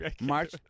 March